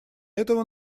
этого